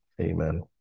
Amen